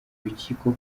urukiko